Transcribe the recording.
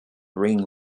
ring